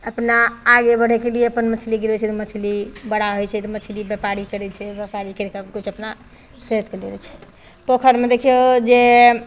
अपना आगे बढ़ैके लिए अपन मछली गिरबै छै तऽ मछली बड़ा होइ छै मछली व्यपारी करै छै व्यपारी कैरिके किछु अपना सेहतके देबै छै पोखरिमे देखियौ जे